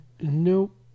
Nope